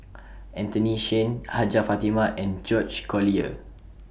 Anthony Chen Hajjah Fatimah and George Collyer